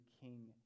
king